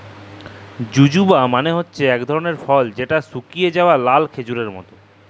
জুজুবা মালে হছে ইক ধরলের ফল যেট শুকাঁয় যাউয়া লাল খেজুরের মত